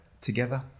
together